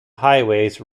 highways